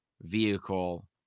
vehicle